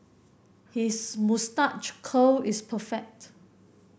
his moustache curl is perfect